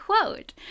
quote